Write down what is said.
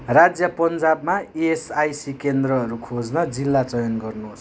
राज्य पन्जाबमा इएसआइसी केन्द्रहरू खोज्न जिल्ला चयन गर्नुहोस्